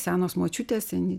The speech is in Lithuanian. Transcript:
senos močiutės seni